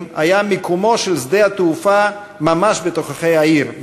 היה מיקומו של שדה התעופה ממש בתוככי העיר,